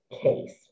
case